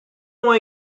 ont